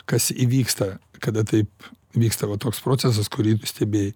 kas įvyksta kada taip vyksta va toks procesas kurį pastebėjai